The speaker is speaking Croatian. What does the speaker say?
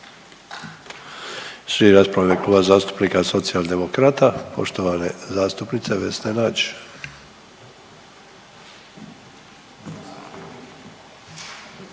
rasprava u ime Kluba zastupnika Socijaldemokrata poštovane zastupnice Vesne Nađ.